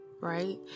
right